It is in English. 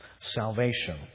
salvation